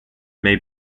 may